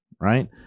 right